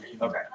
Okay